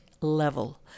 level